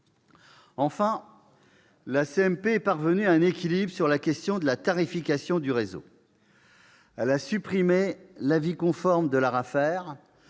Enfin, la CMP est parvenue à un équilibre sur la question de la tarification du réseau. Elle a supprimé l'avis conforme de l'ARAFER